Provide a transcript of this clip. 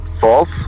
false